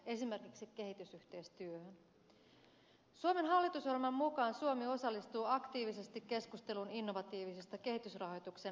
suomen hallitusohjelman mukaan suomi osallistuu aktiivisesti keskusteluun innovatiivisista kehitysrahoituksen mekanismeista